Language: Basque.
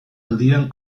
aldian